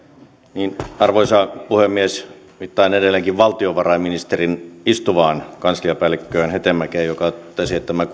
arvoisa puhemies viittaan edelleenkin valtiovarainministerin istuvaan kansliapäällikköön hetemäkeen joka totesi että tämä